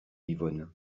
yvonne